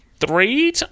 Three